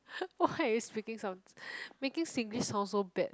why are you speaking some making singlish sound so bad